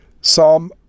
Psalm